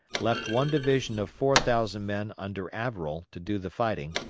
left one division of four thousand men under averell to do the fighting,